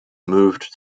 moved